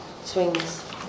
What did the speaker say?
swings